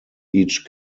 each